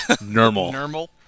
Normal